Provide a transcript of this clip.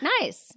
nice